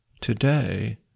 Today